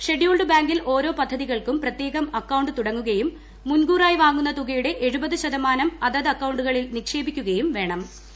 scheduled ബ്ലാങ്കിൽ ഓരോ പദ്ധതികൾക്കും പ്രത്യേകം അക്കൌണ്ട് തുട്ടങ്ങുകയും മുൻകൂറായി വാങ്ങുന്ന തുകയുടെ നിക്ഷേപിക്കുകയും വേണ്ടം